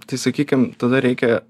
tai sakykim tada reikia